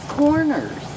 corners